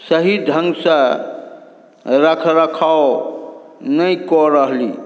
सही ढ़ङ्गसँ रखरखाव नहि कऽ रहली